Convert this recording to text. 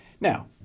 Now